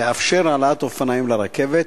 לאפשר העלאת אופניים לרכבת,